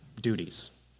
duties